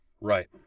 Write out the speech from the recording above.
right